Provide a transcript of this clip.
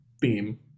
theme